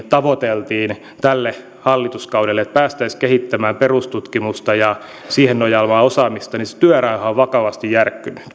tavoiteltiin korkeakouluissa tälle hallituskaudelle että päästäisiin kehittämään perustutkimusta ja siihen nojaavaa osaamista on vakavasti järkkynyt